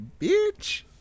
bitch